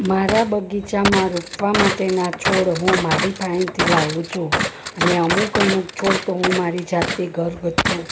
મારા બગીચામાં રોપવા માટેના છોડ હું માળી પાસેથી લાવું છું અને અમુક અમુક છોડ તો હું મારી જાતે ઘરગથ્થું